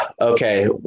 okay